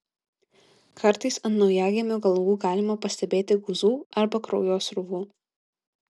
kartais ant naujagimių galvų galima pastebėti guzų arba kraujosruvų